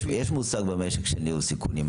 יש מושג במשק של ניהול סיכונים,